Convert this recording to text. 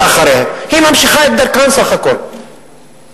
היא ממשיכה בסך הכול את דרכן של הממשלות שלפניה.